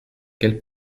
quels